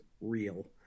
real